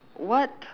what